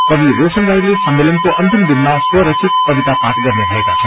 कवि रोशन राईले सम्मेलनको अन्तिम दिनमा स्वररचित कविता पाठ गर्ने भएका छन्